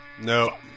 no